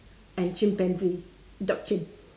and chimpanzee dog chimp